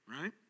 right